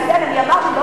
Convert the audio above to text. הממשלה צריכה לאזן.